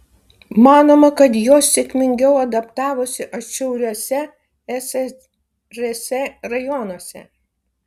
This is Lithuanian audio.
manoma kad jos sėkmingiau adaptavosi atšiauriuose ssrs rajonuose